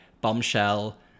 bombshell